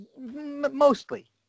Mostly